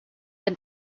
and